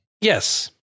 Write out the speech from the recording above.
Yes